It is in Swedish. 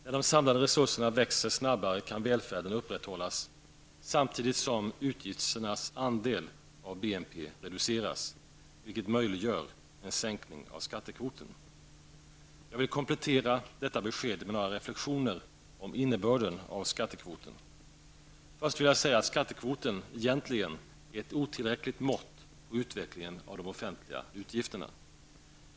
När de samlade resurserna växer snabbare kan välfärden upprätthållas samtidigt som utgifternas andel av BNP reduceras, vilket möjliggör en sänkning av skattekvoten. Jag vill komplettera detta besked med några reflexioner om innebörden av skattekvoten. Först vill jag säga att skattekvoten är egentligen ett otillräckligt mått på utvecklingen av de offentliga utgifterna.